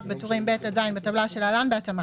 בטורים ב' עד ז' בטבלה שלהלן בהתאמה,